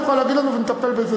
את יכולה להגיד לנו ונטפל בזה.